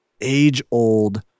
age-old